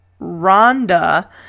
Rhonda